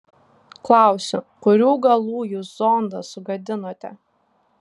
klausiu kurių galų jūs zondą sugadinote